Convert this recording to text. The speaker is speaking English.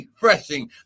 refreshing